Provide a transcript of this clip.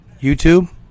YouTube